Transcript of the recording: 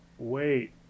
Wait